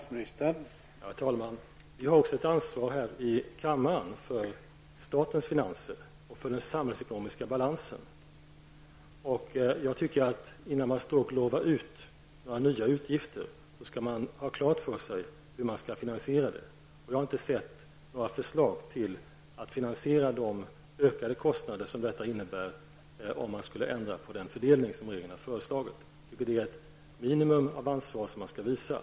Herr talman! Vi har också här i kammaren ett ansvar för statens finanser och för den samhällsekonomiska balansen. Innan man lovar ut några nya utgifter skall man ha klart för sig hur dessa skall finansieras. Jag har inte sett några förslag på finansiering av de ökade kostnader som skulle bli följden om man ändrade på den fördelning som regeringen har föreslagit. Detta är enligt min mening ett minimum av ansvar som man bör visa.